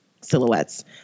silhouettes